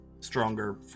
stronger